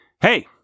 Hey